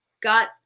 got